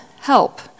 help